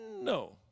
No